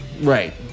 right